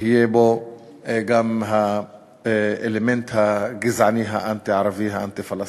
יהיה בו גם האלמנט הגזעני האנטי-ערבי האנטי-פלסטיני.